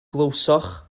glywsoch